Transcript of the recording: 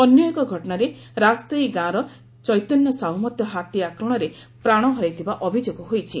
ଅନ୍ୟ ଏକ ଘଟଶାରେ ରାଜତଇ ଗାଁର ଚୈତନ୍ୟ ସାହୁ ମଧ ହାତୀ ଆକ୍ରମଣରେ ପ୍ରାଣ ହରାଇଥିବା ଜଣାପଡ଼ିଛି